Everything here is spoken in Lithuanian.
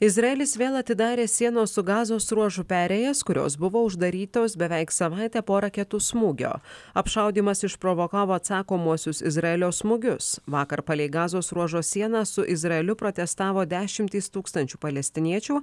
izraelis vėl atidarė sienos su gazos ruožu perėjas kurios buvo uždarytos beveik savaitę po raketų smūgio apšaudymas išprovokavo atsakomuosius izraelio smūgius vakar palei gazos ruožo sieną su izraeliu protestavo dešimtys tūkstančių palestiniečių